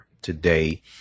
today